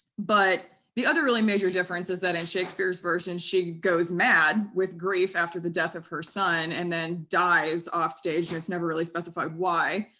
but the other really major difference is that in shakespeare's version she goes mad with grief after the death of her son and then dies offstage and it's never really specified why,